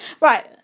Right